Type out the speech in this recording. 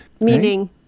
Meaning